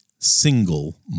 Single